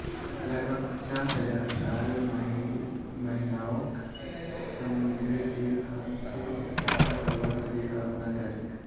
लगभग पचास हजार साल पहिलअ स समुंदरेर जीवक हाथ स इकट्ठा करवार तरीका अपनाल जाछेक